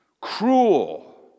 Cruel